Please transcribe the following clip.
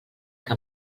que